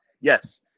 Yes